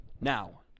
Now